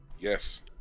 Yes